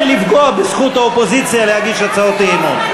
לפגוע בזכות האופוזיציה להגיש הצעות אי-אמון.